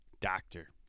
doctor